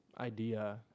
idea